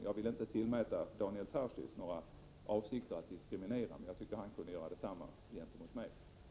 Jag vill inte tillmäta Daniel Tarschys några avsikter att diskriminera, och jag tycker han kunde avstå från att tillskriva mig sådana.